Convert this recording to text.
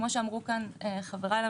כפי שאמרו כאן חבריי לממשלה,